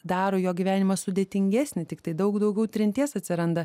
daro jo gyvenimą sudėtingesnį tiktai daug daugiau trinties atsiranda